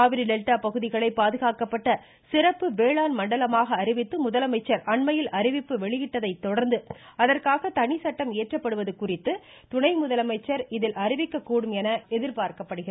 Kaveri delta பகுதிகளை பாதுகாக்கப்பட்ட சிறப்பு வேளாண் மண்டலமாக அறிவித்து முதலமைச்சர் அண்மையில் அறிவிப்பு வெளியிட்டதை தொடர்ந்து அதற்காக தனிச்சட்டம் இயற்றப்படுவது குறித்து துணை முதலமைச்சர் இதில் அறிவிக்கக்கூடும் என எதிர்பார்க்கப்படுகிறது